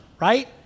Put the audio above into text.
right